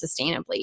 sustainably